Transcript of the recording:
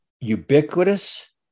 ubiquitous